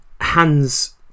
hands